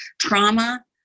trauma